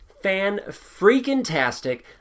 fan-freaking-tastic